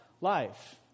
life